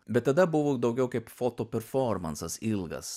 bet tada buvo daugiau kaip foto performansas ilgas